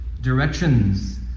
directions